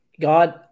God